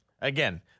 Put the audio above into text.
Again